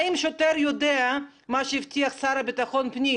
האם שוטר יודע מה שהבטיח השר לביטחון פנים